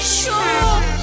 sure